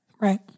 Right